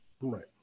Right